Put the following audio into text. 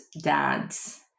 dads